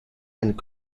and